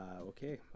okay